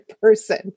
person